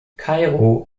kairo